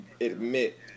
admit